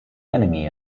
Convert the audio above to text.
enemy